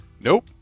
Nope